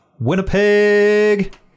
Winnipeg